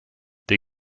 der